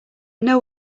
know